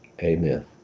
Amen